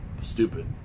stupid